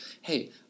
Hey